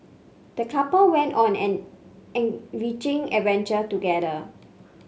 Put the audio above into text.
the couple went on an enriching adventure together